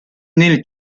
nel